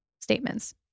statements